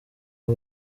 aho